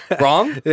Wrong